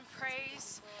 praise